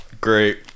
great